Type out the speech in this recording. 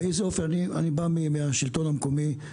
אני בא מהשלטון המקומי,